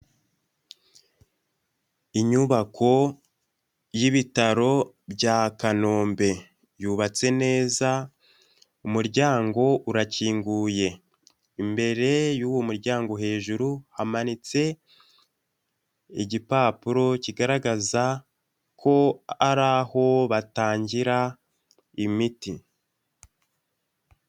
Inyubako y'ibitaro bya kanombe yubatse neza umuryango urakinguye imbere y'uwo muryango hejuru hamanitse igipapuro kigaragaza ko ari aho batangira imiti.